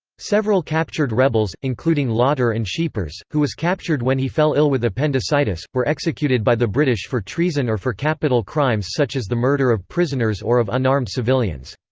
several captured rebels, including lotter and scheepers, who was captured when he fell ill with appendicitis, were executed by the british for treason or for capital crimes such as the murder of prisoners or of unarmed civilians.